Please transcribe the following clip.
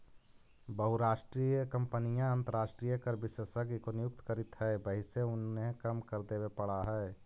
बहुराष्ट्रीय कंपनियां अंतरराष्ट्रीय कर विशेषज्ञ को नियुक्त करित हई वहिसे उन्हें कम कर देवे पड़ा है